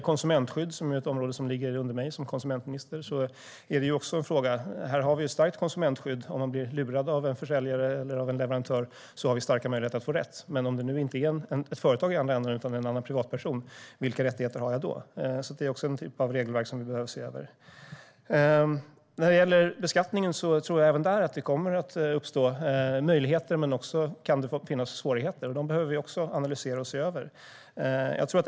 Konsumentskydd, som är ett område som ligger under mig som konsumentminister, är också en fråga. Vi har ett starkt konsumentskydd: Om man blir lurad av en försäljare eller en leverantör har man starka möjligheter att få rätt. Men om det inte är ett företag i andra änden utan en annan privatperson, vilka rättigheter har man då? Det är en typ av regelverk som vi behöver se över. När det gäller beskattning tror jag även där att det kommer att uppstå möjligheter men att det också kan finnas svårigheter. Dem behöver vi analysera och se över.